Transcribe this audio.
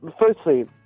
Firstly